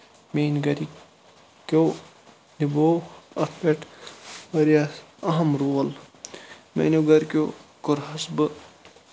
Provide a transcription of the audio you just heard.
میٛٲنۍ گرٕکۍ کیٛو تہِ بوو اَتھ پیٚٹھ واریاہ أہم رول میٛٲنیٚو گرِکیٚو کوٚرہَس بہٕ